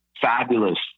Fabulous